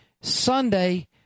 Sunday